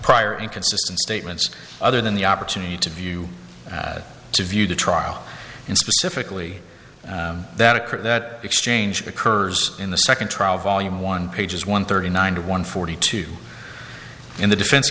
prior inconsistent statements other than the opportunity to view to view the trial in specifically that occur that exchange occurs in the second trial volume one pages one thirty nine one forty two in the defense